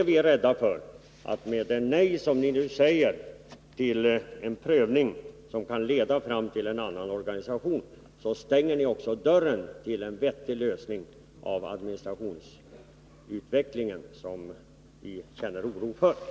Vi är rädda för att ni med ert nej till en prövning, som kan leda fram till en annan organisation, stänger dörren för en vettig lösning av problemen med administrationen.